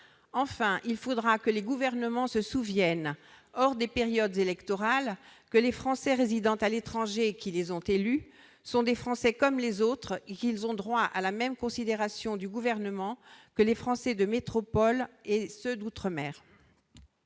Enfin, il faudra que les gouvernements se souviennent, « hors des périodes électorales », que les Français résidant à l'étranger qui les ont élus sont des Français comme les autres et qu'ils ont droit à la même considération du Gouvernement que les Français de métropole et d'outre-mer.